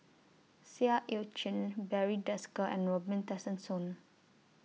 Seah EU Chin Barry Desker and Robin Tessensohn